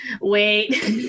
Wait